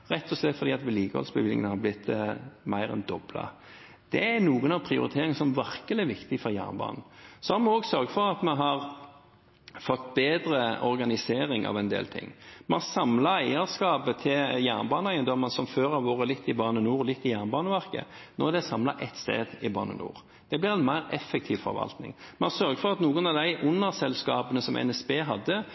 rett og slett fordi vedlikeholdsbevilgningene har blitt mer enn doblet. Det er noen av prioriteringene som virkelig er viktige for jernbanen. Vi har også sørget for at vi har fått bedre organisering av en del ting. Vi har samlet eierskapet av jernbaneeiendommer som før har vært litt i Bane NOR og litt i Jernbaneverket. Nå er de samlet ett sted, i Bane NOR. Det blir en mer effektiv forvaltning. Vi har sørget for at noen av de underselskapene som NSB hadde,